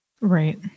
Right